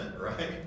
right